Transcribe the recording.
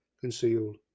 concealed